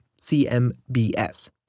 CMBS